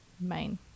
main